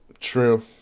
True